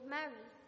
Mary